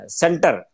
center